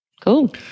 Cool